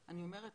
אני אומרת